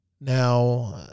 Now